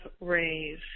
rays